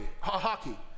Hockey